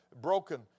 Broken